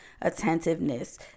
attentiveness